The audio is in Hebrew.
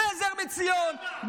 בעזר מציון,